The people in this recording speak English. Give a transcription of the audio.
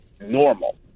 normal